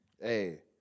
hey